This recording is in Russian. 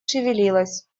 шевелилась